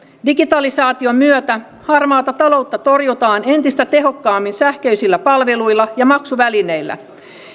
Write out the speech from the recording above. digitalisaation myötä harmaata ta loutta torjutaan entistä tehokkaammin sähköisillä palveluilla ja maksuvälineillä